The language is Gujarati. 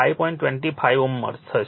25 Ω થશે